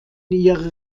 ihre